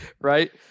right